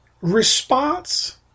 response